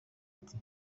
ati